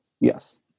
Yes